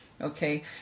Okay